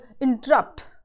interrupt